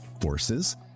forces